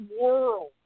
world